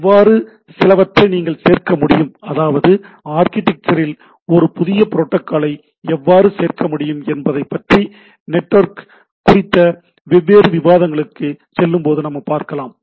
எவ்வாறு சில வற்றை நீங்கள் சேர்க்கமுடியும் அதாவது ஆர்க்கிடெக்சர் இல் ஒரு புதிய புரோட்டோக்காலை எவ்வாறு சேர்க்கமுடியும் என்பதைப் பற்றி நெட்வொர்க் குறித்த வெவ்வேறு விவாதங்களுக்குச் செல்லும்போது நாம் பார்க்கலாம்